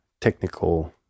technical